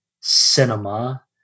cinema